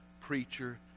preacher